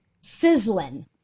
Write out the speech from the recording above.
Sizzling